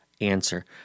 answer